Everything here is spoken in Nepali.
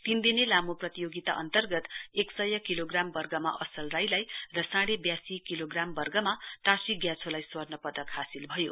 तीन दिने लामो प्रतियोगिता अन्तर्गत एकसय किलोग्राम वर्गमा असल राईलाई र साँडे वयासी किलो वर्गमा टाशी ग्याछोलाई स्वर्णपदक हासिल भयो